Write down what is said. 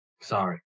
sorry